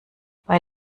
bei